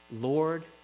Lord